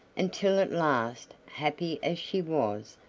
until at last, happy as she was,